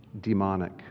demonic